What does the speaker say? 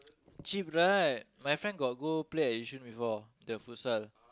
cheap right my friend got go play at Yishun before the futsal